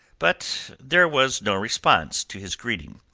but there was no response to his greeting.